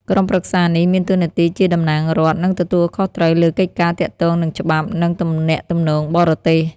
ក្រុមប្រឹក្សានេះមានតួនាទីជាតំណាងរដ្ឋ និងទទួលខុសត្រូវលើកិច្ចការទាក់ទងនឹងច្បាប់ និងទំនាក់ទំនងបរទេស។